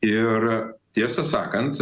ir tiesą sakant